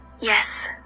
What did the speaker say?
Yes